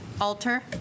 Alter